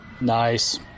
Nice